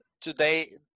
today